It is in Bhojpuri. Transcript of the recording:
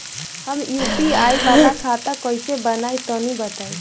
हम यू.पी.आई वाला खाता कइसे बनवाई तनि बताई?